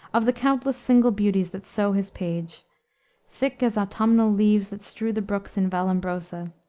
of the countless single beauties that sow his page thick as autumnal leaves that strew the brooks in valombrosa,